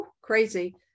crazy